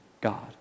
God